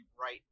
right